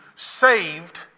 Saved